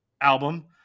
album